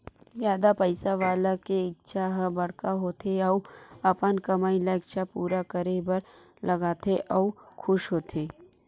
जादा पइसा वाला के इच्छा ह बड़का होथे अउ अपन कमई ल इच्छा पूरा करे बर लगाथे अउ खुस होथे